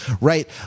right